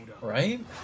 Right